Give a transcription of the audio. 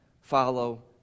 Follow